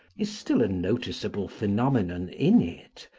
is still a noticeable phenomenon in it,